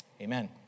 Amen